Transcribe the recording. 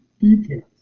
details